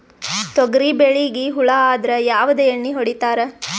ತೊಗರಿಬೇಳಿಗಿ ಹುಳ ಆದರ ಯಾವದ ಎಣ್ಣಿ ಹೊಡಿತ್ತಾರ?